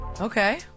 Okay